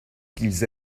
qu’ils